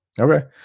Okay